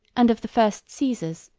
and of the first caesars,